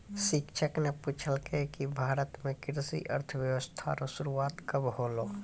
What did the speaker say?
शिक्षक न पूछलकै कि भारत म कृषि अर्थशास्त्र रो शुरूआत कब होलौ